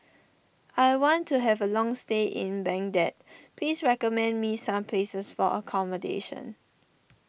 I want to have a long stay in Baghdad please recommend me some places for accommodation